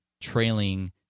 trailing